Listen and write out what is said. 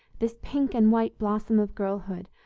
this pink and white blossom of girlhood,